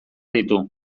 ditu